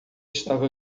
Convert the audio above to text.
estava